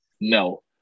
No